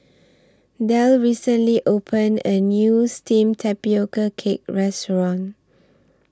Delle recently opened A New Steamed Tapioca Cake Restaurant